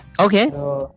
Okay